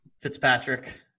Fitzpatrick